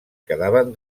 quedaven